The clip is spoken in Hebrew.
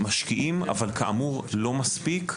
משקיעים אבל כאמור, לא מספיק.